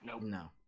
No